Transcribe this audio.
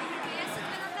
צבע,